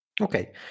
Okay